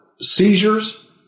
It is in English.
seizures